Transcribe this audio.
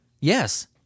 yes